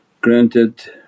granted